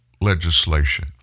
legislation